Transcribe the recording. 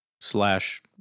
slash